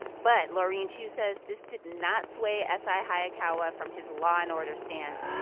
but laureen chew says this did not sway s i. hayakawa from his law and order stance.